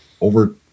over